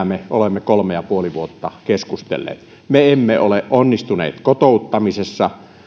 me olemme kolme ja puoli vuotta keskustelleet me emme ole onnistuneet kotouttamisessa